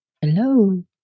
Hello